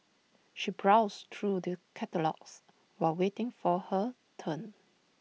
she browsed through the catalogues while waiting for her turn